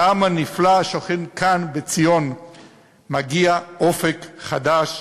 לעם הנפלא השוכן כאן בציון מגיע אופק חדש,